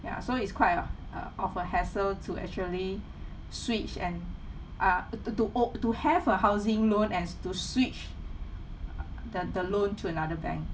ya so is quite a uh of a hassle to actually switch and uh to to ow~ to have a housing known and to switch the the loan to another bank